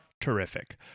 terrific